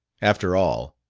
after all,